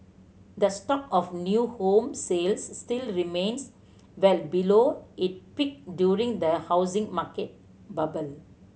the stock of new home sales still remains well below it peak during the housing market bubble